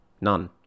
None